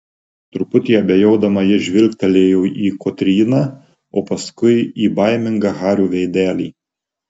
truputį abejodama ji žvilgtelėjo į kotryną o paskui į baimingą hario veidelį